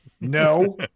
No